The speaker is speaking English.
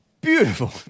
beautiful